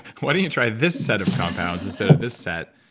why don't you try this set of compounds instead of this set?